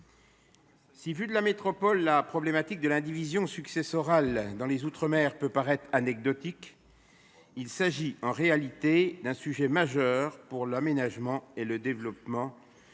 Vue de métropole, la problématique de l'indivision successorale dans les outre-mer peut sembler anecdotique, mais il s'agit en réalité d'un sujet majeur pour l'aménagement et le développement